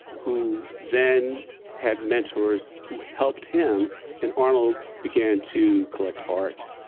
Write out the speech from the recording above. who then had mentors who helped him and arnold began to collect art,